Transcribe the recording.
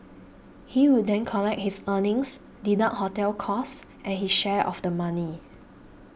he will then collect his earnings deduct hotel costs and his share of the money